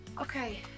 Okay